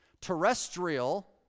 Terrestrial